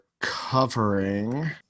covering